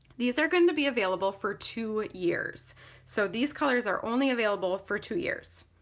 these are going to be available for two years so these colors are only available for two years,